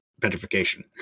petrification